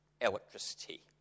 electricity